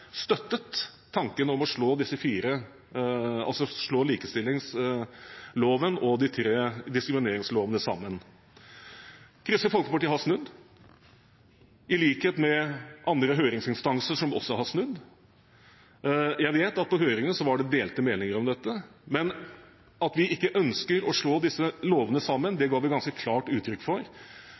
støttet tanken om å slå sammen likestillingsloven og de tre diskrimineringslovene. Kristelig Folkeparti har snudd, i likhet med andre høringsinstanser som også har snudd. Jeg vet at det på høringene var delte meninger om dette, men at vi ikke ønsker å slå sammen disse lovene, ga vi ganske klart uttrykk for